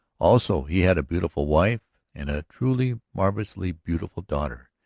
also he had a beautiful wife and a truly marvellously beautiful daughter.